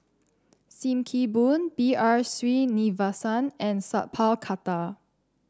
Sim Kee Boon B R Sreenivasan and Sat Pal Khattar